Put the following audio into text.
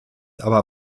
aber